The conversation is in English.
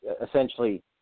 essentially